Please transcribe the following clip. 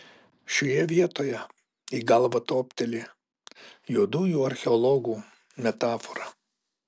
šioje vietoje į galvą topteli juodųjų archeologų metafora